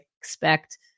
expect